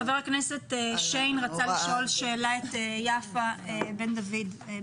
חבר הכנסת שיין רצה לשאול את יפה בן דוד שאלה.